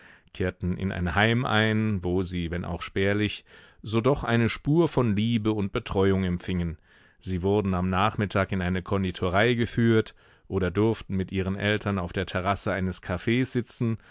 kehrten in ein heim ein wo sie wenn auch spärlich so doch eine spur von liebe und betreuung empfingen sie wurden am nachmittag in eine konditorei geführt oder durften mit ihren eltern auf der terrasse eines cafs sitzen